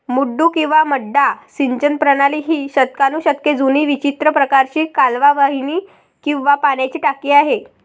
मड्डू किंवा मड्डा सिंचन प्रणाली ही शतकानुशतके जुनी विचित्र प्रकारची कालवा वाहिनी किंवा पाण्याची टाकी आहे